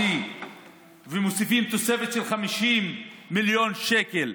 ומוסיפים תוספת של 50 מיליון שקל,